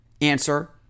answer